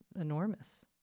enormous